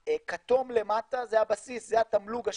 בכתום למטה זה הבסיס, זה התמלוג השנתי,